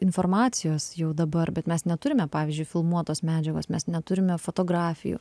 informacijos jau dabar bet mes neturime pavyzdžiui filmuotos medžiagos mes neturime fotografijų